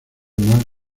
más